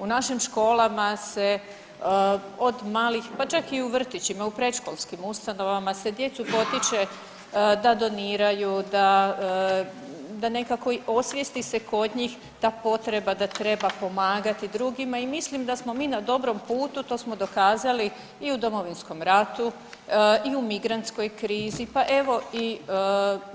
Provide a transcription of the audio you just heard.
U našim školama se od malih, pa čak i u vrtićima, u predškolskim ustanovama se djecu potiče da doniraju da nekako se osvijesti kod njih ta potreba da treba pomagati drugima i mislim da smo mi na dobrom putu, to smo dokazali u Domovinskom ratu i u migrantskoj krizi, pa evo